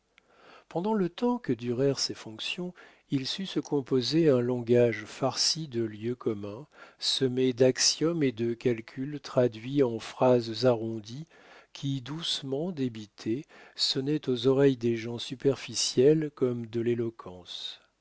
pendant le temps que durèrent ses fonctions il sut se composer un langage farci de lieux communs semé d'axiomes et de calculs traduits en phrases arrondies qui doucement débitées sonnaient aux oreilles des gens superficiels comme de l'éloquence